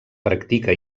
practica